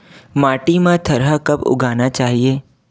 माटी मा थरहा कब उगाना चाहिए?